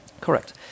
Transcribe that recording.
Correct